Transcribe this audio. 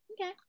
okay